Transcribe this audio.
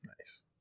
Nice